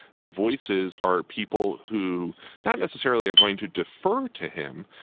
the voices are people who not necessarily are going to defer to him,